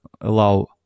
allow